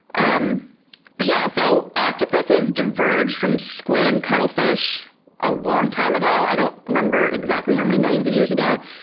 um but yeah so octopuses diverged from squid and cuttlefish a long time ago. i don't remember exactly how many millions of years ago.